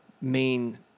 main